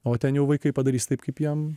o ten jau vaikai padarys taip kaip jiem